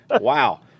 wow